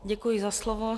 Děkuji za slovo.